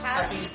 Happy